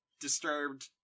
disturbed